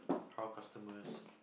how customers